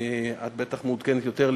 את בטח מעודכנת יותר,